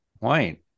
point